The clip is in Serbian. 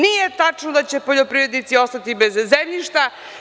Nije tačno da će poljoprivrednici ostati bez zemljišta.